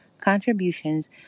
contributions